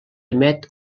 emet